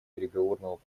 переговорного